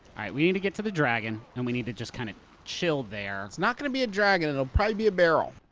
we need to get to the dragon, and we need to just kinda. kind of chill there. it's not gonna be a dragon. it'll probably be a barrel.